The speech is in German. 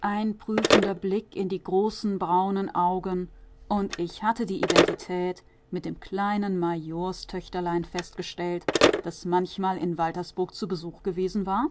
ein prüfender blick in die großen braunen augen und ich hatte die identität mit dem kleinen majorstöchterlein festgestellt das manchmal in waltersburg zu besuch gewesen war